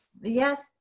Yes